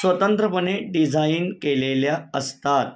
स्वतंत्रपणे डिझाईन केलेल्या असतात